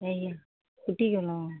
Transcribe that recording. হেৰি ফুটি গ'ল অঁ